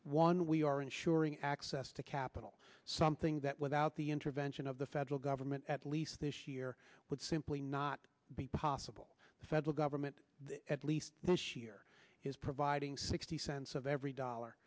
one we are insuring access to capital something that without the intervention of the federal government at least this year would simply not be possible the federal government at least this year is providing sixty cents of every